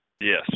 Yes